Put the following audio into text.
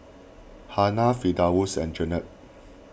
Hana Firdaus and Jenab